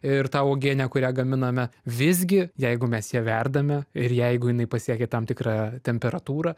ir ta uogienė kurią gaminame visgi jeigu mes ją verdame ir jeigu jinai pasiekia tam tikrą temperatūrą